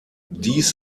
dies